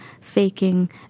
faking